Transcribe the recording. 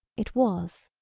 it was.